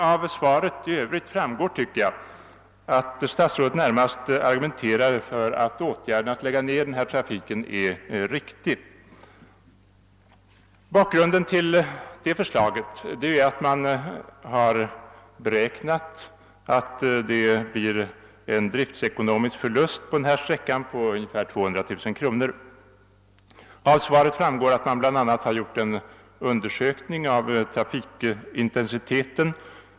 Av svaret i övrigt framgår dock, tycker jag, att staisrådet närmast argumenterar för att åtgärden att lägga ner denna trafik är riktig. Bakgrunden till förslaget är att man har beräknat en driftsekonomisk förlust på denna sträcka på ungefär 200 000 kronor. Av svaret framgår vidare att man bl.a. har gjort en undersökning av trafikintensiteten.